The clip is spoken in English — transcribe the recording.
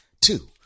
Two